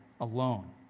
alone